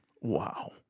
Wow